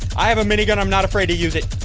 i have a minigun i'm not afraid to use it.